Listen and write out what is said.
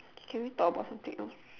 can we talk about something else